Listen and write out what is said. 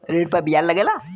ऋण पर बियाज लगेला